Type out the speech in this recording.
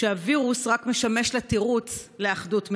שהווירוס רק משמש לה תירוץ לאחדות מדומה,